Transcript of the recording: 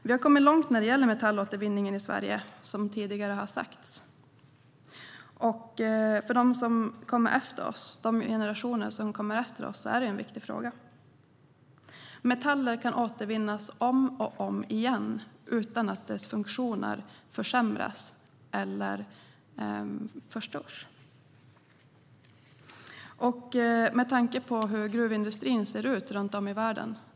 Vi har kommit långt när det gäller metallåtervinningen i Sverige, som tidigare har sagts. För de generationer som kommer efter oss är det en viktig fråga. Metaller kan återvinnas om och om igen utan att deras funktioner försämras eller förstörs. Man kan se till hur gruvindustrin ser ut runt om i världen.